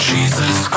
Jesus